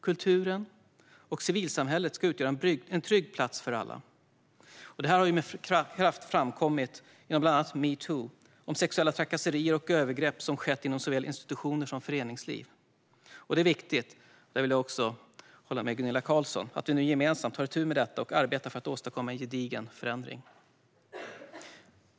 Kulturen och civilsamhället ska utgöra en trygg plats för alla. Det har med kraft framkommit genom bland annat #metoo om sexuella trakasserier och övergrepp som skett inom såväl institutioner som föreningsliv. Det är viktigt - där håller jag med Gunilla Carlsson - att vi nu gemensamt tar itu med detta och arbetar för att åstadkomma en gedigen förändring.